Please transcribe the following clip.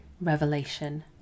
Revelation